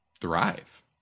thrive